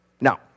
Now